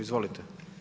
Izvolite.